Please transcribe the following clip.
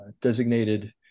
designated